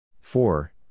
four